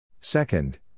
Second